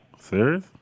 Serious